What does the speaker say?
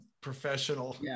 professional